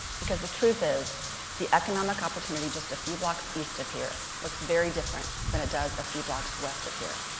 because the truth is the economic opportunity just a few blocks east of here looks very different than it does a few blocks west of here.